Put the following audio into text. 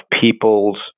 people's